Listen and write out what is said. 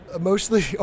mostly